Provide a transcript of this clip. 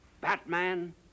Batman